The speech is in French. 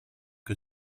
que